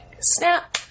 snap